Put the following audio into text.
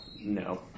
No